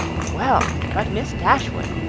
well, but miss dashwood,